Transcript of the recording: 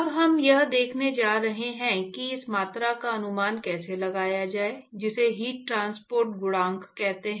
अब हम यह देखने जा रहे हैं कि इस मात्रा का अनुमान कैसे लगाया जाए जिसे हीट ट्रांसपोर्ट गुणांक कहते हैं